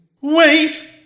Wait